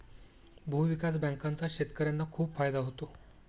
भूविकास बँकांचा शेतकर्यांना खूप फायदा होतो